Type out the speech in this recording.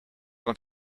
want